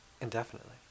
Indefinitely